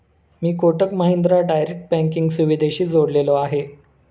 मी Kotak Mahindra direct banking सुविधेशी जोडलेलो आहे?